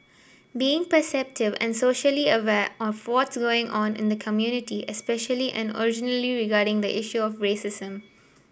being perceptive and socially aware of what's going on in the community especially and originally regarding the issue of racism